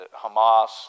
Hamas